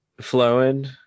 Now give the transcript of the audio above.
flowing